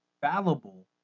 fallible